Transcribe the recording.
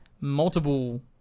multiple